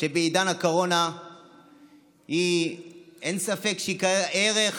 שבעידן הקורונה אין ספק שהיא ערך